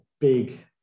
big